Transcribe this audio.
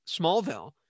Smallville